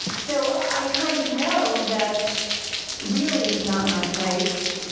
so i kind of know that really it's not my place,